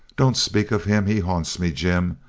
don't speak of him! he haunts me, jim.